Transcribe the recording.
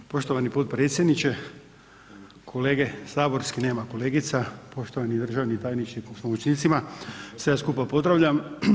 Poštovani potpredsjedniče, kolege saborski, nema kolegica, poštovani državni tajniče s pomoćnicima, sve vas skupa pozdravljam.